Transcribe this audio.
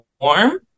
warm